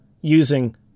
using